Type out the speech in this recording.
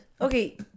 Okay